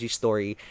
story